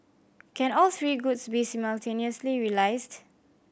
can all three goods be simultaneously realised